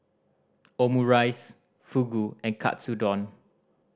Omurice Fugu and Katsudon